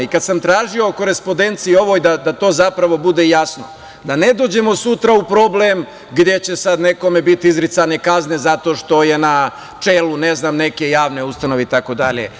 I, kada sam tražio o korespodenciji ovoj da to zapravo bude jasno, da ne dođemo sutra u problem gde će sada nekome biti izricane kazne zato što je na čelu, ne znam, neke javne ustanove itd.